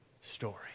story